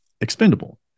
expendable